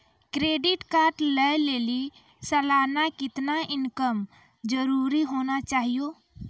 Credit card लय लेली सालाना कितना इनकम जरूरी होना चहियों?